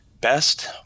best